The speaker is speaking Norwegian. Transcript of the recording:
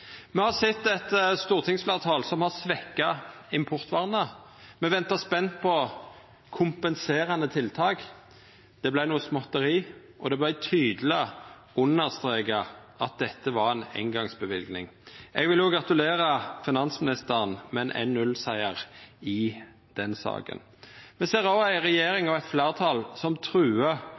Me har sett eit stortingsfleirtal som har svekt importvernet. Me venta spent på kompenserande tiltak. Det vart noko småtteri, og det vart tydeleg understreka at dette var ei eingongsløyving. Eg vil gratulera finansministeren med ein 1–0-siger i den saka. Me ser også ei regjering og eit fleirtal som